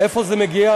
מאיפה זה מגיע?